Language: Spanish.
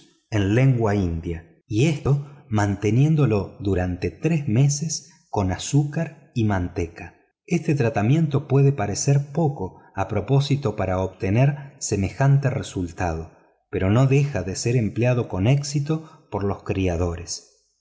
en lengua india y esto manteniéndolo durante tres meses con azúcar y manteca este tratamiento puede parecer poco apropiado para obtener semejante resultado pero no deja de ser empleado con éxito por los criadores